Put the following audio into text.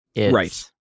Right